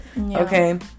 okay